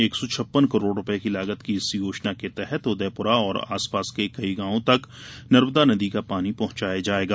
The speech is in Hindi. एक सौ छप्पन करोड़ रूपये की लागत की इस योजना के तहत उदयपुरा और आसपास के कई गॉवों तक नर्मदा नदी का पानी पहॅचाया जायेगा